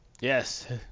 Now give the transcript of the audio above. Yes